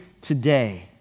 today